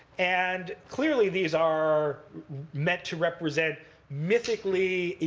and clearly these are meant to represent mythically,